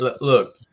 look